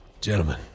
Gentlemen